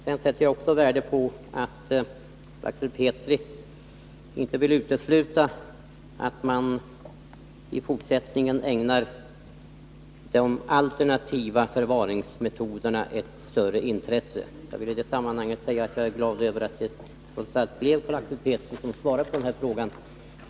Jag sätter också värde på att Carl Axel Petri inte vill utesluta att man i fortsättningen ägnar de alternativa förvaringsmetoderna ett större intresse. Jag vill i det sammanhanget säga att jag är glad över att det trots allt blev Carl Axel Petri som svarade på min fråga.